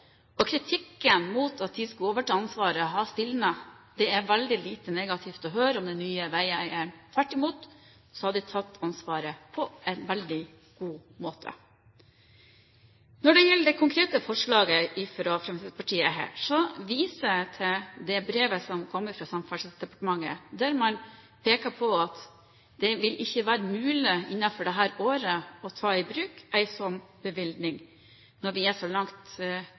Kritikken mot at de skulle overta ansvaret, har stilnet. Det er veldig lite negativt å høre om den nye veieieren. Tvert imot har de tatt ansvaret på en veldig god måte. Når det gjelder det konkrete forslaget fra Fremskrittspartiet, viser jeg til det brevet som kom fra Samferdselsdepartementet, der man peker på at det ikke vil være mulig i inneværende år å ta i bruk en slik bevilgning når vi er kommet så langt